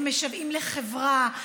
הם משוועים לחברה,